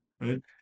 right